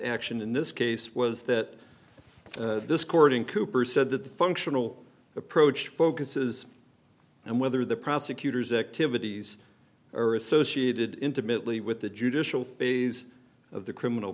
action in this case was that this court in cooper said that the functional approach focuses and whether the prosecutor's activities are associated intimately with the judicial phase of the criminal